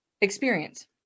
experience